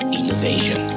innovation